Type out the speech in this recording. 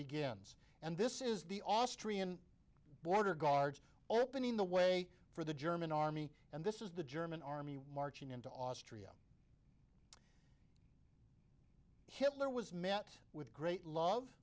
begins and this is the austrian border guards opening the way for the german army and this is the german army marching into austria hitler was met with great love